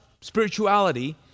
spirituality